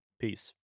Peace